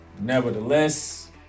Nevertheless